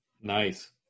Nice